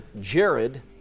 Jared